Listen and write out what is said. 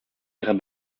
ihrer